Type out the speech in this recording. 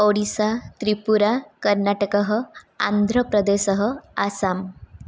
ओडिसा त्रिपुरा कर्नाटकः आन्ध्रप्रदेश आसाम्